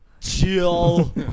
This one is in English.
Chill